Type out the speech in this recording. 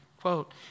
Quote